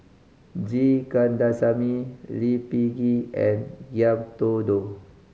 G Kandasamy Lee Peh Gee and Ngiam Tong Dow